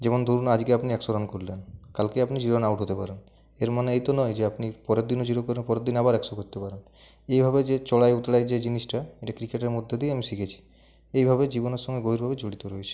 যেমন ধরুন আজকে আপনি একশো রান করলেন কালকে আপনি জিরো রানে আউট হতে পারেন এর মানে এই তো নয় যে আপনি পরের দিনও জিরো করবেন পরের দিনে আবার একশো করতে পারেন এইভাবে যে চড়াই উতরাই যে জিনিসটা এটা ক্রিকেটের মধ্যে দিয়েই আমি শিখেছি এইভাবে জীবনের সঙ্গে গভীরভাবে জড়িত রয়েছে